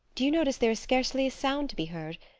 do you notice there is scarcely a sound to be heard?